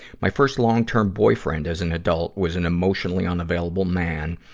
my first long-term boyfriend as an adult was an emotionally unavailable man.